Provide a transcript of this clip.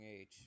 age